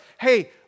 hey